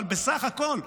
אבל בסך הכול,